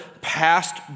passed